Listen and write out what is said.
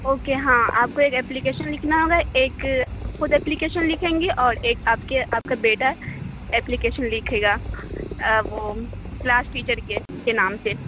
okay ہاں آپ کو ایک اپلیکیشن لکھنا ہوگا ایک خود اپلیکیشن لکھیں گی اور ایک آپ کے آپ کا بیٹا اپلیکیشن لکھے گا وہ کلاس ٹیچر کے کے نام سے